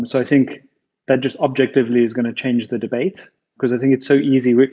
so i think that just objectively is going to change the debate because i think it's so easy.